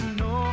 no